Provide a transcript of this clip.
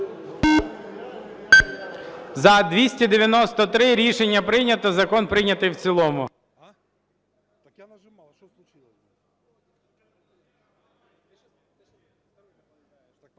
За-293 Рішення прийнято. Закон прийнятий в цілому.